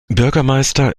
bürgermeister